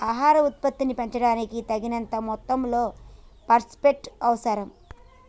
ఆహార ఉత్పత్తిని పెంచడానికి, తగినంత మొత్తంలో ఫాస్ఫేట్ అవసరం